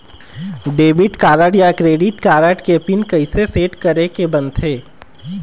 Debit card या credit card के pin कइसे सेट करे के बनते?